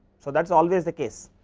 so, that is always the case.